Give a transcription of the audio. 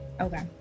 Okay